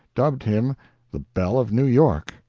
dubbed him the belle of new york.